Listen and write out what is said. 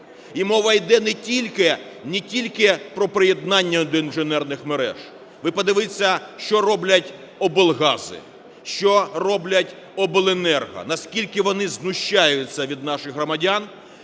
І мова йде не тільки про приєднання до інженерних мереж. Ви подивіться, що роблять облгази, що роблять обленерго, наскільки вони знущаються з наших громадян,